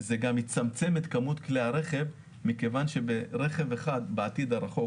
זה גם יצמצם את כמות כלי הרכב מכיוון שברכב אחד בעתיד הרחוק,